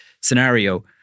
scenario